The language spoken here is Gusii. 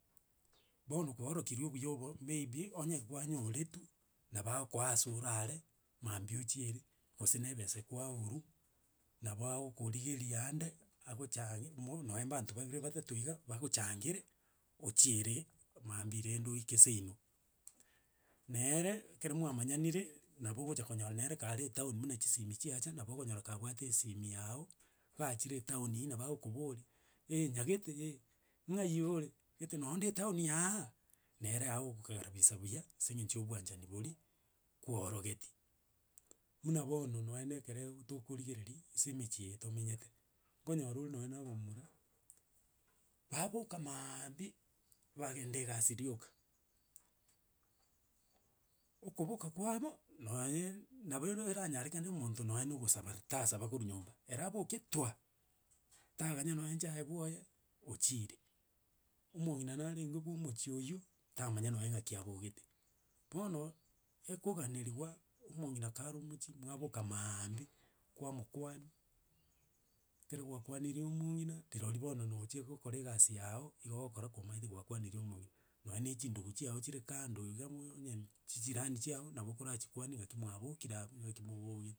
Bono kwaorokiri obuya obo, maybe, onye kwanyoretwe, nabo agokoa ase orare, maambia ochiere, gose na ebesa kwaurwa, nabo agokorigeria ande, agochang'e mo noe banto babere batato iga, bagochangere ochiere maambia rende oike seino. Neree, ekero mwamnyanire, nabo ogocha konyora nere kare etauni muna chisimi chiacha, nabo okonyora kabwate esimi yago, gaachire etauni eyi nabo agokobori, eh nyagete eh, ng'aiyore, gete noonde etauni aaa, nere agokarabisa buya ase eng'encho ya obwanchani boria kwaorogeti. Muna bono, nonya na ekere tokorigereria, ase emichi eye tomenyete, nkonyora ore nonye na abamura, babooka maambiaaaa, bagenda egasi rioka. Okoboka kwabo, nonye nabo eranyarekane omonto nonye na ogosabar tasaba korwa nyomba ere aboke twa, tanganya nonye echae bwoye, ochire. Omong'ina narenge bwa omochio oywo, tamanya nonye ng'aki abogete. Bono, ekoganeriwa omong'ina kare omochia mwaboka maambiaaa, kwamokwania, ekero gwakwanirie omong'ina, rirorio bono nochie gokora egasi yago, igo ogokora komanyete gwakwanirie omong'ina. Nonya na echindugu chiago chire kando iga mo onye chichirani chiago, nabo okorachikwani naki mwabokire abwo, naki mobogete.